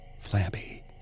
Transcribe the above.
flabby